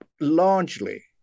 largely